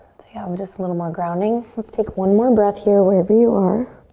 see, i'm just a little more grounding. let's take one more breath here, wherever you are.